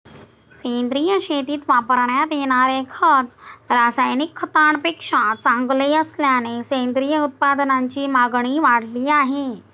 सेंद्रिय शेतीत वापरण्यात येणारे खत रासायनिक खतांपेक्षा चांगले असल्याने सेंद्रिय उत्पादनांची मागणी वाढली आहे